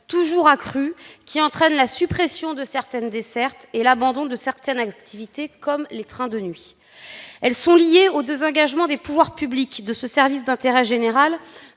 ce qui entraîne la suppression de certaines dessertes et l'abandon de certaines activités, comme les trains de nuit. Elles sont liées au désengagement des pouvoirs publics de ce service d'intérêt général,